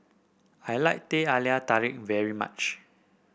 I like Teh Halia Tarik very much